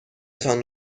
تان